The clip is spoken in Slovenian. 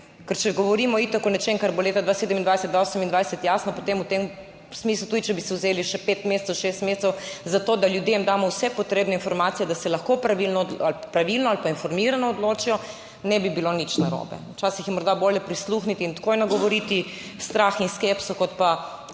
ker če govorimo itak o nečem, kar bo leta 2027-2028 jasno, potem v tem smislu tudi, če bi si vzeli še pet mesecev, šest mesecev za to, da ljudem damo vse potrebne informacije, da se lahko pravilno ali pravilno ali pa informirano odločijo, ne bi bilo nič narobe. Včasih je morda bolje prisluhniti in takoj nagovoriti strah in skepso, kot pa